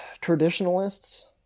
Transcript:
traditionalists